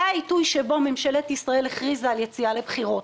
זה העיתוי שבו ממשלת ישראל הכריזה על יציאה לבחירות.